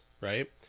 right